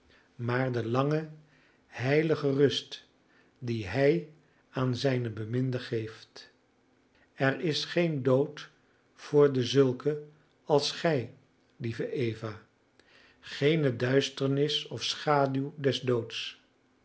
maar de lange heilige rust die hij aan zijne beminden geeft er is geen dood voor dezulken als gij lieve eva geene duisternis of schaduw